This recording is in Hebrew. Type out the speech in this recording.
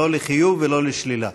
לא לחיוב ולא לשלילה.